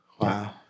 wow